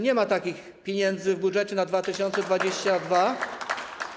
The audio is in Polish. Nie ma takich pieniędzy w budżecie na 2022 r.